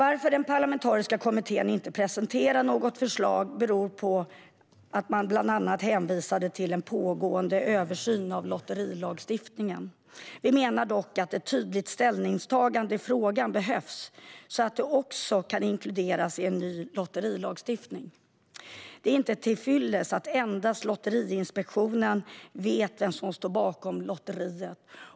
Att den parlamentariska kommittén inte presenterade något förslag beror på en pågående översyn av lotterilagstiftningen. Vi menar dock att ett tydligt ställningstagande i frågan behövs så att det också kan inkluderas i en ny lotterilagstiftning. Det är inte till fyllest att endast Lotteriinspektionen vet vem som står bakom ett lotteri.